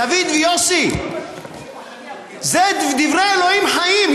דוד ויוסי, זה דברי אלוהים חיים.